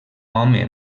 home